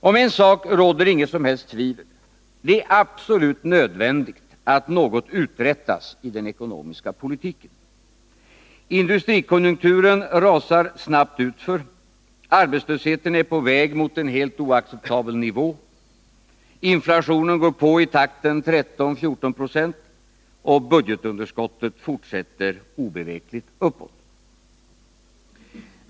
Om en sak råder det inget som helst tvivel: det är absolut nödvändigt att något uträttas i den ekonomiska politiken. Industrikonjunkturen rasar snabbt utför, arbetslösheten är på väg mot en helt oacceptabel nivå, inflationen går på i takten 13-14 26 och budgetunderskottet fortsätter obevekligt uppåt.